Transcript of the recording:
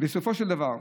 בסופו של דבר,